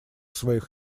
своих